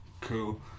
Cool